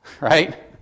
right